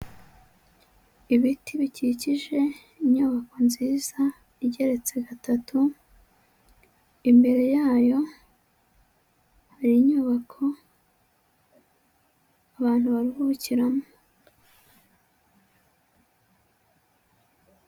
Ibiti bikikije inyubako nziza igeretse gatatu, imbere yayo hari inyubako abantu baruhukiramo.